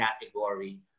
category